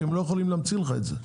כי הם לא יכולים להמציא לך את זה.